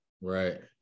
Right